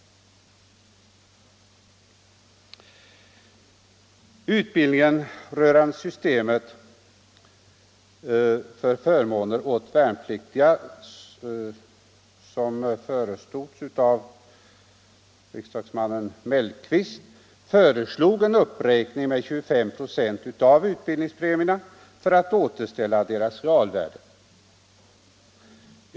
Utredningen rörande systemet för förmåner åt värnpliktiga som leddes av riksdagsmannen Mellqvist föreslog en uppräkning med 25 96 av utbildningspremierna för att återställa deras realvärde.